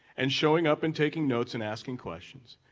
and showing up and taking notes and asking questions.